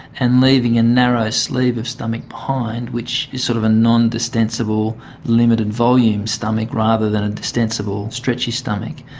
and leaving a narrow sleeve of stomach behind which is sort of a non-distensible limited volume stomach rather than a distensible stretchy stomach.